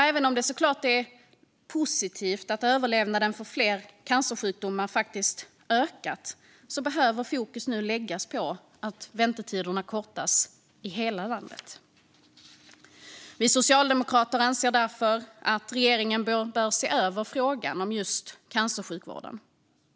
Även om det såklart är positivt att överlevnaden när det gäller flera cancersjukdomar har ökat behöver fokus nu läggas på att väntetiderna kortas i hela landet. Vi socialdemokrater anser därför att regeringen bör se över frågan om cancersjukvården.